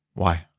why?